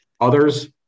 Others